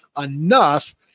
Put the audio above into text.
enough